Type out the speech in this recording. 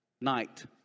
night